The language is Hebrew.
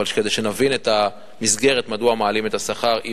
אבל כדי שנבין את המסגרת מדוע מעלים את שכר הדירה,